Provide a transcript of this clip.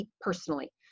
personally